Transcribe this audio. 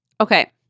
Okay